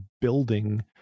building